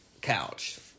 Couch